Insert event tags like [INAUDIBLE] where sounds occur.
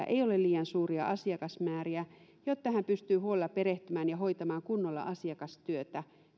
[UNINTELLIGIBLE] ei ole liian suuria asiakasmääriä jotta hän pystyy huolella perehtymään ja hoitamaan kunnolla asiakastyötä